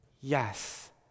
Yes